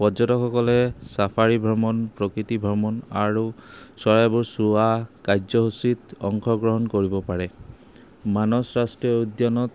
পৰ্যটকসকলে চাফাৰী ভ্ৰমণ প্ৰকৃতি ভ্ৰমণ আৰু চৰাইবোৰ চোৱা কাৰ্যসূচীত অংশগ্ৰহণ কৰিব পাৰে মানস ৰাষ্ট্ৰীয় উদ্যানত